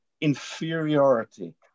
inferiority